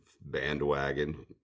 bandwagon